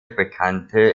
bekannte